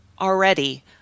already